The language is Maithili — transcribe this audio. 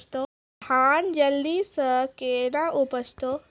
धान जल्दी से के ना उपज तो?